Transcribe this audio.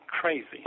crazy